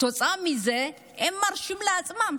כתוצאה מזה הם מרשים לעצמם